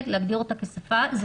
להגדיר אותה כשפה, אני לא נגד.